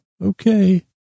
okay